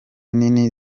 nini